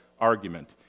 argument